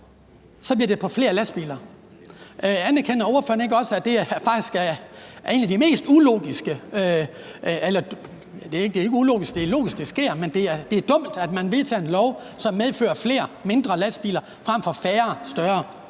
bliver det på flere lastbiler. Anerkender ordføreren ikke også, at det faktisk er en af de mest ulogiske ting – eller det er ikke ulogisk, for det er logisk, at det sker – eller at det er dumt, at man vedtager en lov, som medfører flere mindre lastbiler frem for færre større